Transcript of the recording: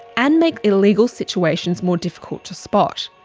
and make illegal situations more difficult to spot.